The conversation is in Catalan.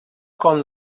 com